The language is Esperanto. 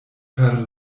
per